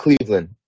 Cleveland